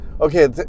Okay